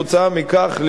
כתוצאה מכך,